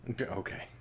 Okay